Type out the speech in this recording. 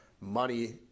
money